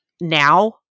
now